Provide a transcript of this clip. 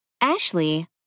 Ashley